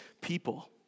people